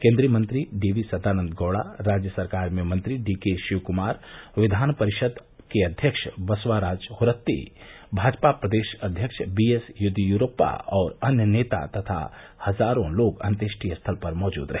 केन्द्रीय मंत्री D V Sadananda Gowda राज्य सरकार में मंत्री डी के शिवकुमार विवान परिषद के अध्यक्ष बसवाराज होरत्ती भाजपा प्रदेश अध्यक्ष बी एस युदियुरप्पा और अन्य नेता तथा हजारों लोग अंत्येष्टि स्थल पर मौजूद रहे